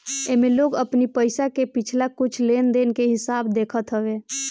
एमे लोग अपनी पईसा के पिछला कुछ लेनदेन के हिसाब देखत हवे